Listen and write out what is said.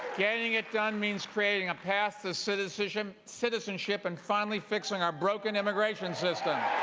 getting it done means creating a path to citizenship citizenship and finally fixing our broken immigration system.